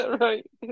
Right